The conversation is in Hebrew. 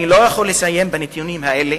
אני לא יכול לסיים בנתונים האלה